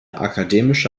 akademische